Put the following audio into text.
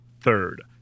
third